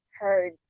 heard